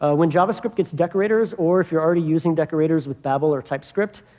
ah when javascript gets decorators or if you're already using decorators with babel or typescript,